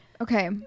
Okay